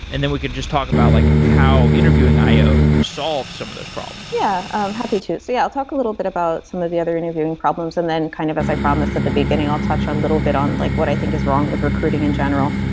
and then we can just talk about like how interviewing io solved some of those problems yeah, um happy to. so yeah, i'll talk a little bit about some of the other interviewing problems and then kind of as a problem as to the beginning, i'll touch on little bit on like what i think is wrong with recruiting in general,